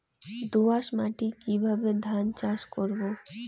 দোয়াস মাটি কিভাবে ধান চাষ করব?